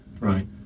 Right